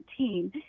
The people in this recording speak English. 2017